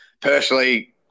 Personally